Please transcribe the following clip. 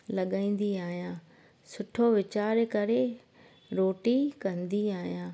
लॻाईंदी आहियां सुठो वीचारे करे रोटी कंदी आहियां